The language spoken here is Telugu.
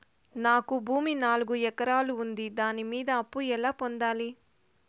నాకు భూమి నాలుగు ఎకరాలు ఉంది దాని మీద అప్పు ఎలా పొందాలి?